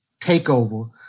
takeover